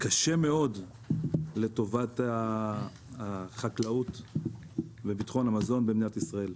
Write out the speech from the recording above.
קשה מאוד לטובת החקלאות וביטחון המזון במדינת ישראל.